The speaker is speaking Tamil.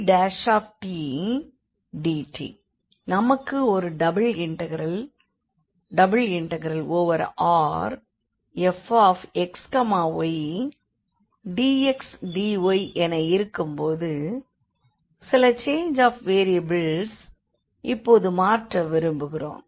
cdfgtgdt நமக்கு ஒரு டபுள் இண்டெக்ரல் ∬Rfxydxdyஎன இருக்கும் போது சில சேஞ்ச்ஆஃப் வேறியபிள்ஸை இப்போது மாற்ற விரும்புகிறோம்